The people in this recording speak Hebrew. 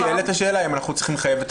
נשאלת השאלה אם אנחנו צריכים לחייב את